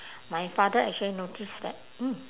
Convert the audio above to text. my father actually noticed that mm